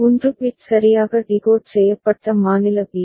1 bit சரியாக decode செய்யப்பட்ட மாநில பி